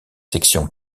sections